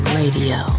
radio